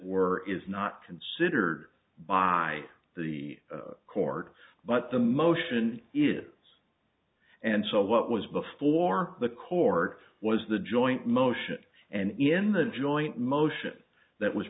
were is not considered by the court but the motion is and so what was before the court was the joint motion and in the joint motion that was